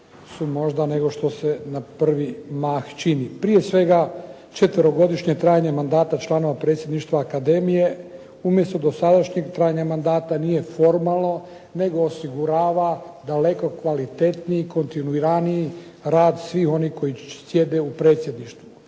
su možda nego što se na prvi mah čini. Prije svega, četverogodišnje trajanje mandata članova predsjedništva akademije umjesto dosadašnjeg trajanja mandata nije formalno nego osigurava daleko kvalitetniji, kontinuiraniji rad svih onih koji sjede u predsjedništvu.